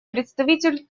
представитель